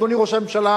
אדוני ראש הממשלה,